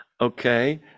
Okay